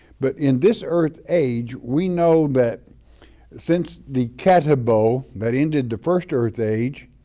but in this earth age, we know that since the katabole that ended the first earth age,